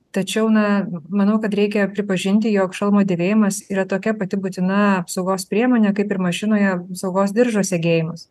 tačiau na manau kad reikia pripažinti jog šalmo dėvėjimas yra tokia pati būtina apsaugos priemonė kaip ir mašinoje saugos diržo segėjimas